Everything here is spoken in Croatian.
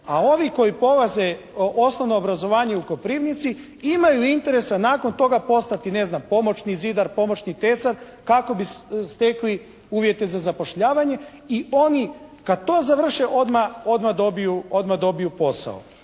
A ovi koji polaze osnovno obrazovanje u Koprivnici imaju interesa nakon toga postati pomoćni zidar, pomoćni tesar kako bi stekli uvjete za zapošljavanje i oni kad to završe odmah dobiju posao.